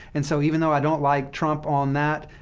and so even though i don't like trump on that,